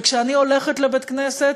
כשאני הולכת לבית-כנסת,